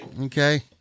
Okay